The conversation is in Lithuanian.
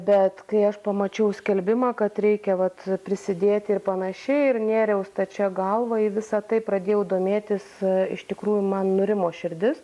bet kai aš pamačiau skelbimą kad reikia vat prisidėti ir panašiai ir nėriau stačia galva į visa tai pradėjau domėtis iš tikrųjų man nurimo širdis